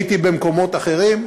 הייתי במקומות אחרים,